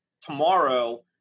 tomorrow